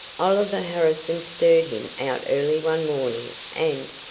oliver harrison stirred him out early one morning and,